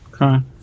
Okay